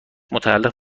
متعلق